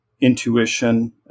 intuition